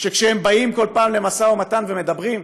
וכשהם באים כל פעם למשא ומתן ומדברים,